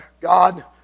God